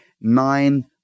nine